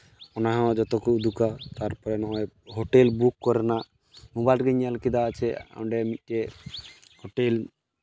ᱚᱱᱟᱦᱚᱸ ᱡᱚᱛᱚ ᱠᱚ ᱩᱫᱩᱜᱟ ᱛᱟᱨᱯᱚᱨᱮ ᱱᱚᱜᱼᱚᱸᱭ ᱦᱳᱴᱮᱞ ᱵᱩᱠ ᱠᱚᱨᱮᱱᱟᱜ ᱢᱳᱵᱟᱭᱤᱞ ᱨᱮᱜᱮᱧ ᱧᱮᱞ ᱠᱮᱫᱟ ᱪᱮᱫ ᱚᱸᱰᱮ ᱢᱤᱫᱴᱮᱡ ᱦᱳᱴᱮᱞ